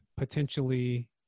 potentially